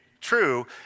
true